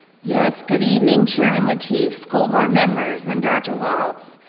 yes, good evening chairman lateef, school board members and dr. walts.